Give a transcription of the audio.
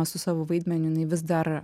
su savo vaidmeniu jinai vis dar